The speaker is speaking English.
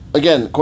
again